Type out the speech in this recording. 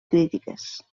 crítiques